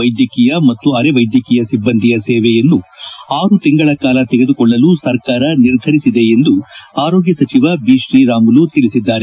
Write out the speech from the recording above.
ವೈದ್ಯಕೀಯ ಮತ್ತು ಅರೆ ವೈದ್ಯಕೀಯ ಸಿಬ್ಲಂದಿಯ ಸೇವೆಯನ್ನು ಆರು ತಿಂಗಳ ಕಾಲ ತೆಗೆದುಕೊಳ್ಳಲು ಸರ್ಕಾರ ನಿರ್ಧರಿಸಿದೆ ಎಂದು ಆರೋಗ್ಯ ಸಚವ ಬಿತ್ರೀರಾಮುಲು ತಿಳಿಸಿದ್ದಾರೆ